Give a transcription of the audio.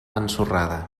ensorrada